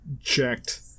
checked